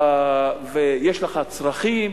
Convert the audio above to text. יש לך צרכים,